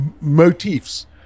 motifs